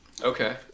Okay